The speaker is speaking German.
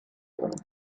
werden